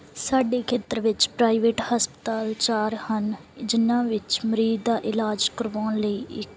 ਸਾਡੇ ਖੇਤਰ ਵਿੱਚ ਪ੍ਰਾਈਵੇਟ ਹਸਪਤਾਲ ਚਾਰ ਹਨ ਜਿਨ੍ਹਾਂ ਵਿੱਚ ਮਰੀਜ਼ ਦਾ ਇਲਾਜ ਕਰਵਾਉਣ ਲਈ